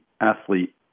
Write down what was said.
athlete